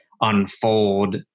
unfold